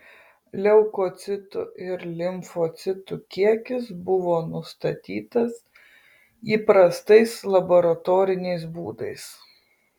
leukocitų ir limfocitų kiekis buvo nustatytas įprastais laboratoriniais būdais